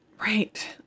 Right